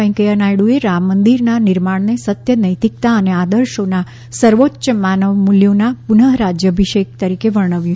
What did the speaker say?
વેંકૈયા નાયડુએ રામ મંદિરના નિર્માણને સત્ય નૈતિકતા અને આદર્શોના સર્વોચ્ય માનવ મૂલ્યોના પુન રાજ્યાભિષેક તરીકે વર્ણવ્યું છે